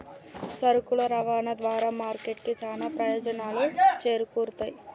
సరుకుల రవాణా ద్వారా మార్కెట్ కి చానా ప్రయోజనాలు చేకూరుతయ్